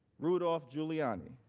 rudolph giuliani